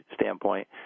standpoint